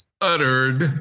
uttered